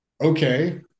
okay